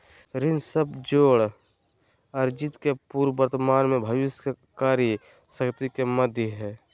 ऋण सब जोड़ अर्जित के पूर्व वर्तमान में भविष्य के क्रय शक्ति के माध्यम हइ